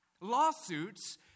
Lawsuits